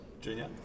Junior